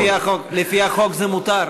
לפי החוק זה מותר.